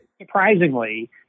Surprisingly